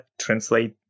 translate